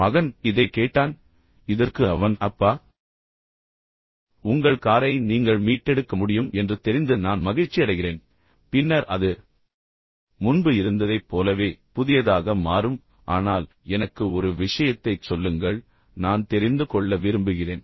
மகன் இதைக் கேட்டான் இதற்கு அவன் அப்பா உங்கள் காரை நீங்கள் மீட்டெடுக்க முடியும் என்று தெரிந்து நான் மகிழ்ச்சியடைகிறேன் பின்னர் அது முன்பு இருந்ததைப் போலவே புதியதாக மாறும் ஆனால் எனக்கு ஒரு விஷயத்தைச் சொல்லுங்கள் நான் தெரிந்து கொள்ள விரும்புகிறேன்